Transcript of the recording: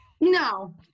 No